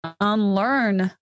unlearn